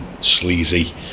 sleazy